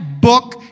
book